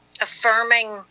affirming